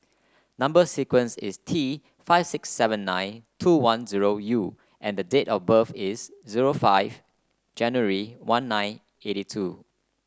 number sequence is T five six seven nine two one zero U and the date of birth is zero five January one nine eighty two